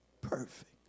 perfect